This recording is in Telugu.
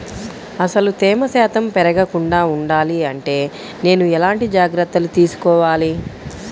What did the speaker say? అసలు తేమ శాతం పెరగకుండా వుండాలి అంటే నేను ఎలాంటి జాగ్రత్తలు తీసుకోవాలి?